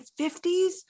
50s